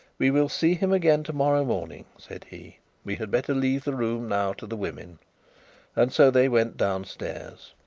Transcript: we will see him again to-morrow morning said he we had better leave the room now to the woman and so they went downstairs.